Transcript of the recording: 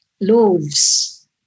loaves